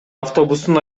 автобустун